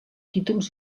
títols